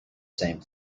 same